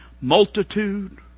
multitude